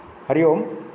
Hari Om